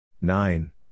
Nine